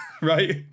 right